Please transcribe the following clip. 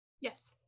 Yes